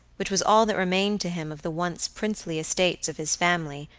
which was all that remained to him of the once princely estates of his family,